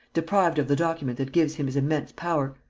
deprived of the document that gives him his immense power,